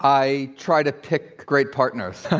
i try to pick great partners.